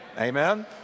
Amen